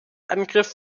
angriff